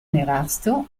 nerastro